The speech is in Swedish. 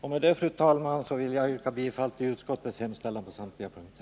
Med det, fru talman, vill jag yrka bifall till utskottets hemställan på samtliga punkter.